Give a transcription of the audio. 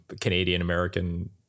Canadian-American